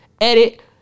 edit